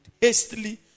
hastily